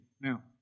Now